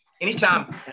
Anytime